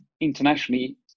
internationally